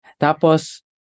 Tapos